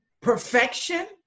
perfection